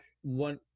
one